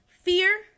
fear